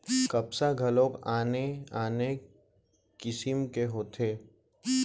कपसा घलोक आने आने किसिम के होथे